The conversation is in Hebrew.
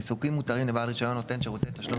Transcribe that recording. עיסוקים מותרים לבעל רישיון נותן שירותי תשלום